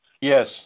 Yes